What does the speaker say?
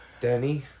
Danny